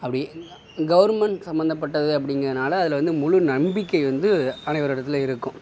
அப்படி கவுர்மெண்ட் சம்மந்தப்பட்டது அப்டிங்கிறதுனால அதில் வந்து முழு நம்பிக்கை வந்து அனைவரிடத்திலும் இருக்கும்